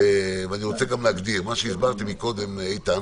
מסיבות אובייקטיביות,